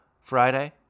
Friday